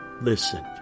Listen